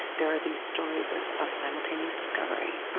there are these stories of of simultaneous discovery.